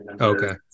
Okay